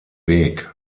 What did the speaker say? weg